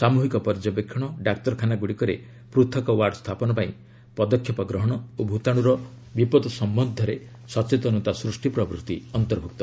ସାମ୍ବହିକ ପର୍ଯ୍ୟବେକ୍ଷଣ ଡାକ୍ତରଖାନାଗୁଡ଼ିକରେ ପୃଥକ୍ ୱାର୍ଡ଼ ସ୍ଥାପନ ପାଇଁ ପଦକ୍ଷେପ ଓ ଭୂତାଣୁର ବିପଦ ସଂକ୍ରାନ୍ତରେ ସଚେତନତା ସୃଷ୍ଟି ପ୍ରଭୂତି ଅନ୍ତର୍ଭୁକ୍ତ